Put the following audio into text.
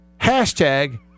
Hashtag